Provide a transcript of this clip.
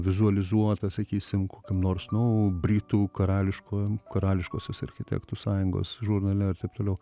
vizualizuotą sakysim kokiam nors nu britų karališkojom karališkosios architektų sąjungos žurnale ir taip toliau